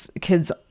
kids